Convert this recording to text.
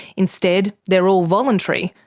instead they're all voluntary,